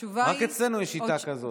רק אצלנו יש שיטה כזאת.